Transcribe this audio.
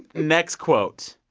next quote